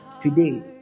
Today